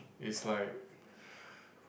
is like